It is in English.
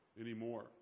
anymore